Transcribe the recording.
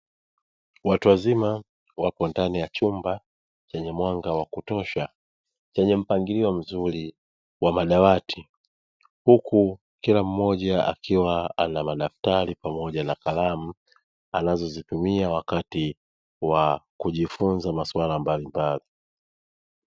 Watu wazima wapo ndani ya chumba chenye mwanga wa kutosha, chenye mpangilio mzuri wa madawati, huku kila mmoja akiwa na madaftari pamoja na kalamu; anazozitumia wakati wa kujifunza masuala mbalimbali.